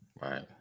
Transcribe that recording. Right